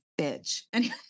bitch